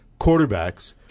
quarterbacks